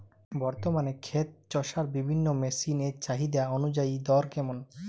বর্তমানে ক্ষেত চষার বিভিন্ন মেশিন এর চাহিদা অনুযায়ী দর কেমন?